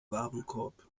warenkorb